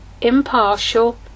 impartial